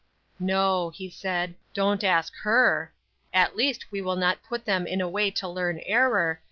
no, he said, don't ask her at least we will not put them in a way to learn error,